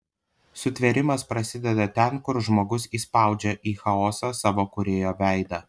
sutvėrimas prasideda ten kur žmogus įspaudžia į chaosą savo kūrėjo veidą